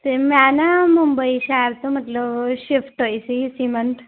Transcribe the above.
ਅਤੇ ਮੈਂ ਨਾ ਮੁੰਬਈ ਸ਼ਹਿਰ ਤੋਂ ਮਤਲਬ ਸ਼ਿਫਟ ਹੋਈ ਸੀ ਇਸ ਮੰਨਥ